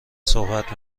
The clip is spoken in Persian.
صحبت